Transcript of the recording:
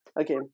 okay